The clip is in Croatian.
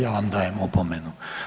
Ja vam dajem opomenu.